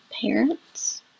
parents